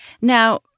Now